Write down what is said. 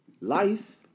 Life